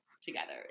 together